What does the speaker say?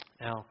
Now